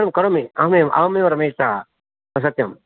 एवं करोमि अहमेव अहमेव रमेशः सत्यम्